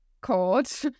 called